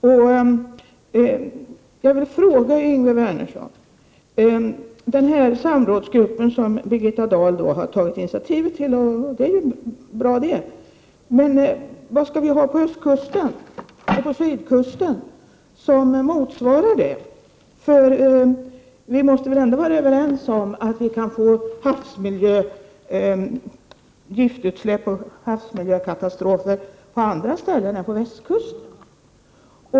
Birgitta Dahl har tagit initiativ till den nämnda samrådsgruppen, och det är ju bra. Men vad skall vi ha på ostkusten och sydkusten som motsvarar denna grupp? Det kan ju förekomma giftutsläpp och inträffa havsmiljökatastrofer på andra ställen än på västkusten.